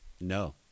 No